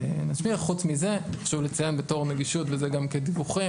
חוץ מזה חשוב לציין בתור נגישות, וזה גם כדיווח,